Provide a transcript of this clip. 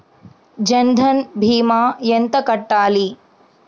జన్ధన్ భీమా ఎంత కట్టాలి?